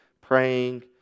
praying